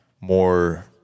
more